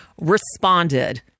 responded